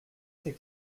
c’est